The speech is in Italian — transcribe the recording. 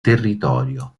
territorio